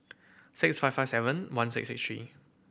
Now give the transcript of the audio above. six five five seven one six six three